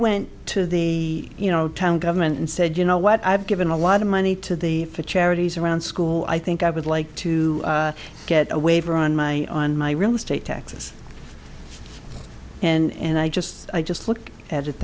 went to the you know town government and said you know what i've given a lot of money to the for charities around school i think i would like to get a waiver on my on my real estate taxes and i just i just look at it